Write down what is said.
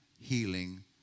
healing